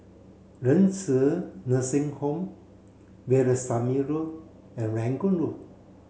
Renci Nursing Home Veerasamy Road and Rangoon Road